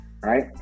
right